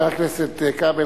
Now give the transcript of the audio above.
חבר הכנסת כבל,